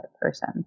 person